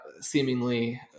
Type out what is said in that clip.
seemingly